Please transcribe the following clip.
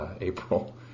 April